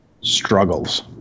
struggles